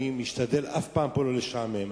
אני משתדל אף פעם לא לשעמם פה.